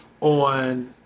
on